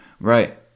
Right